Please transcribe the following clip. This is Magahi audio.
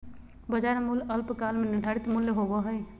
बाजार मूल्य अल्पकाल में निर्धारित मूल्य होबो हइ